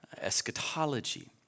eschatology